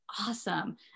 awesome